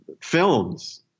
films